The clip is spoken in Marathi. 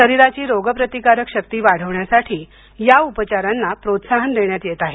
शरीराची रोगप्रतिकारक शक्ती वाढवण्यासाठी या उपचारांना प्रोत्साहन देण्यात देत आहे